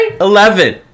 Eleven